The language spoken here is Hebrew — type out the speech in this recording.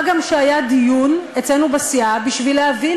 מה גם שהיה דיון אצלנו בסיעה בשביל להבין